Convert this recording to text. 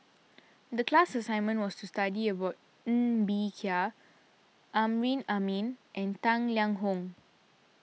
the class assignment was to study about Ng Bee Kia Amrin Amin and Tang Liang Hong